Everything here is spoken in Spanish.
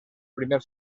primer